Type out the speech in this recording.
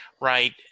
right